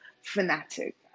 fanatic